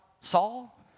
Saul